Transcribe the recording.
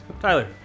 Tyler